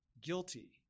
guilty